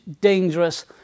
dangerous